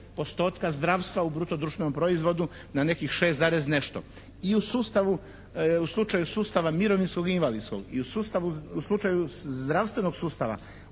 postotka zdravstva u bruto društvenom proizvodu na nekih 6, nešto. I u sustavu, u slučaju sustava mirovinskog i invalidskog i u sustavu, u slučaju zdravstvenog sustava,